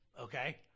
okay